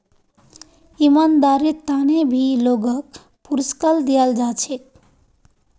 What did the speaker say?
ईमानदारीर त न भी लोगक पुरुस्कार दयाल जा छेक